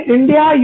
India